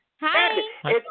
hi